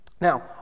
Now